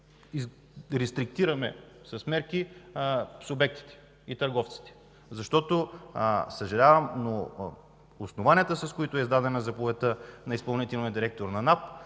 и рестриктираме с мерки субектите и търговците. Съжалявам, но основанията, с които е издадена заповедта на изпълнителния директор на НАП,